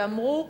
ואמרו: